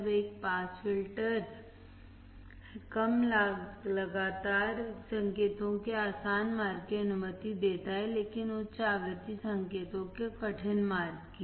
अब एक pass filter कम लगातार संकेतों के आसान मार्ग की अनुमति देता है लेकिन उच्च आवृत्ति संकेतों के कठिन मार्ग की